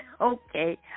Okay